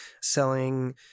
selling